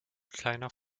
kleiner